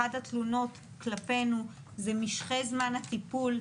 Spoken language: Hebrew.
אחת התלונות כלפינו זה משכי זמן הטיפול,